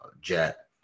jet